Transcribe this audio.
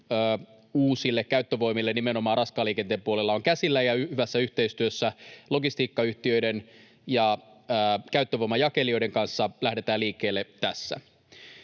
uusille käyttövoimille nimenomaan raskaan liikenteen puolella on käsillä, ja hyvässä yhteistyössä logistiikkayhtiöiden ja käyttövoimajakelijoiden kanssa lähdetään liikkeelle tässä.